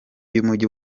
y’umujyi